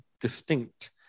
distinct